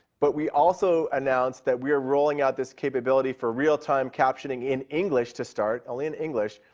but we also announce that we are rolling out this capability for real time captioning in english to start, only in english.